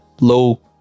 Low